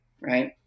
Right